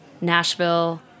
Nashville